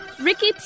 Ricky